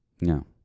No